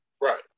Right